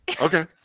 Okay